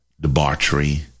debauchery